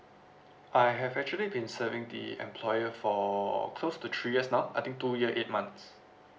I have actually been serving the employer for close to three years now I think two year eight months